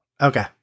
Okay